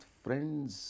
friends